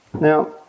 Now